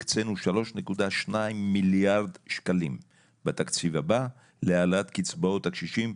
הקצינו 3.2 מיליארד שקלים בתקציב הבא להעלאת קצבאות הקשישים,